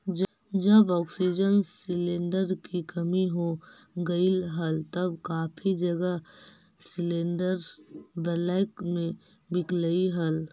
जब oxygen cylinder की कमी हो गईल हल तब काफी जगह सिलेंडरस ब्लैक में बिकलई हल